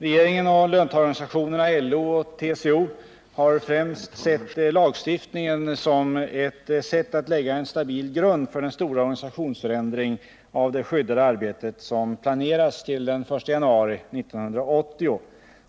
Regeringen och löntagarorganisationerna LO och TCO har främst sett lagstiftningen som ett sätt att lägga en stabil grund för den stora organisationsförändring av det skyddade arbetet, som planeras till den 1 januari 1980